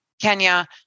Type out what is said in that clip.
Kenya